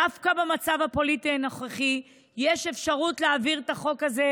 דווקא במצב הפוליטי הנוכחי יש אפשרות להעביר את החוק הזה